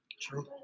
True